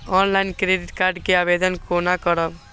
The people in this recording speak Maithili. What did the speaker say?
ऑनलाईन क्रेडिट कार्ड के आवेदन कोना करब?